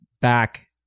back